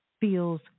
feels